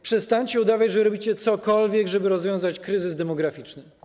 Przestańcie udawać, że robicie cokolwiek, żeby rozwiązać kryzys demograficzny.